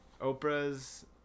Oprah's